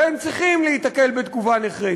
והם צריכים להיתקל בתגובה נחרצת.